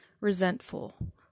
Resentful